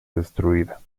destruida